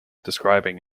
describing